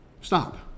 Stop